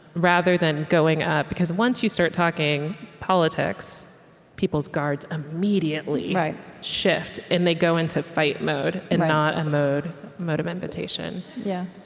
rather than going up because once you start talking politics, people's guards immediately shift, and they go into fight mode and not a mode of invitation yeah